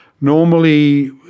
Normally